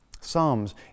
Psalms